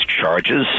charges